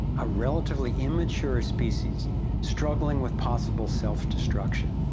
a relatively immature species struggling with possible self-destruction.